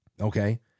okay